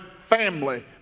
family